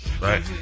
right